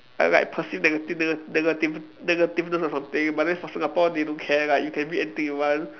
like like perceive negative nega~ negative negativeness or something but then for Singapore they don't care like you can read anything you want